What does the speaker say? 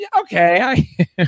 okay